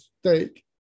stake